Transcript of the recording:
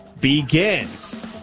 begins